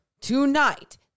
tonight